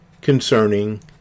concerning